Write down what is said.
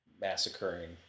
massacring